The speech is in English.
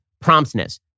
promptness